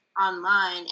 online